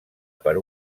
per